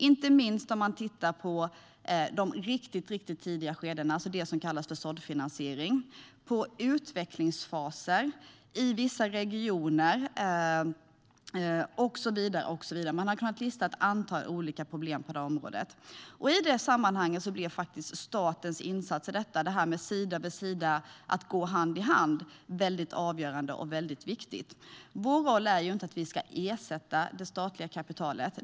Det gäller inte minst i de riktigt tidiga skedena, alltså det som kallas såddfinansiering, och utvecklingsfaser i vissa regioner och så vidare. Man har kunnat lista ett antal olika problem på det området. I det sammanhanget blir statens insats i detta - det här med sida vid sida, att gå hand i hand - avgörande och viktig. Vår roll är inte att ersätta det statliga kapitalet.